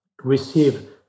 receive